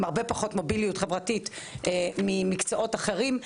הרבה פחות מוביליות חברתית ממקצועות אחרים,